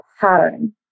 pattern